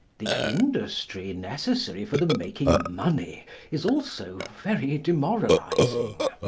the industry necessary for the making money is also very demoralising.